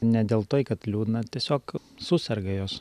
ne dėl tai kad liūdna tiesiog suserga jos